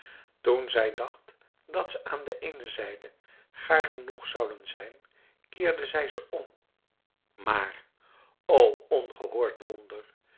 toen zij dacht dat ze aan de eene zijde gaar genoeg zouden zijn keerde zij ze om maar o ongehoord wonder